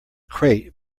crate